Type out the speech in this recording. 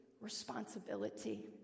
responsibility